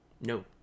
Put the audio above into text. No